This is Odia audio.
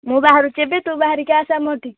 ମୁଁ ବାହାରୁଛି ଏବେ ତୁ ବାହରିକି ଆସ ଆମ ଏଠି